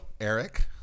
Eric